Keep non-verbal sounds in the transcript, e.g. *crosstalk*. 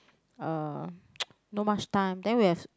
uh *noise* not much time then we have